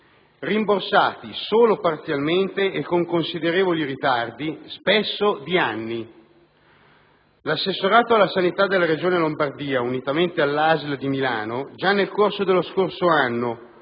rimborsati solo parzialmente e con considerevoli ritardi, spesso di anni. L'assessorato alla sanità della Regione Lombardia, unitamente all'ASL di Milano, già nel corso dello scorso anno